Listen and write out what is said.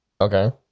Okay